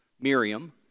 Miriam